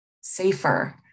safer